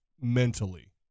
mentally